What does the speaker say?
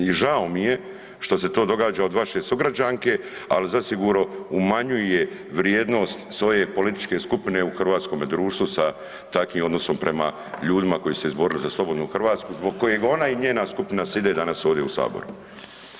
I žao mi je što se to događa od vaše sugrađanke ali zasigurno umanjuje vrijednost svoje političke skupine u hrvatskome društvu sa takvim odnosom prema ljudima koji se izborili za slobodnu Hrvatsku zbog kojeg ona i njena skupina side danas ovdje u saboru.